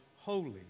holy